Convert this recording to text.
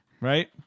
Right